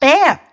Bear